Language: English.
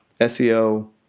SEO